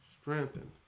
strengthen